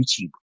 YouTube